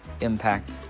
impact